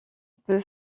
peut